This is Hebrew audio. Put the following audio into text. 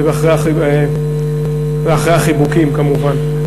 זה אחרי החיבוקים, כמובן.